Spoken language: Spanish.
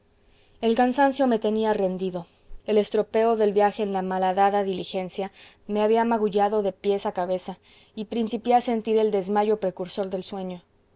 el cansancio me tenía rendido el estropeo del viaje en la malhadada diligencia me había magullado de pies a cabeza y principié a sentir el desmayo precursor del sueño